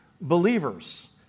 believers